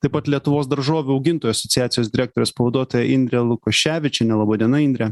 taip pat lietuvos daržovių augintojų asociacijos direktorės pavaduotoja indrė lukoševičienė laba diena indre